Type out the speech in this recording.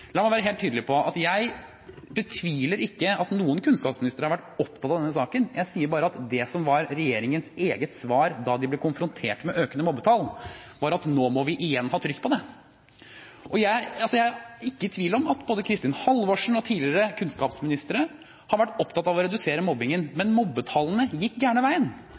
La meg være helt tydelig på at jeg betviler ikke at noen kunnskapsministre har vært opptatt av denne saken. Jeg sier bare at det som var regjeringens eget svar da de ble konfrontert med økende mobbetall, var at nå må vi igjen ha trykk på det. Jeg er ikke i tvil om at både Kristin Halvorsen og tidligere kunnskapsministre har vært opptatt av å redusere mobbingen, men mobbetallene gikk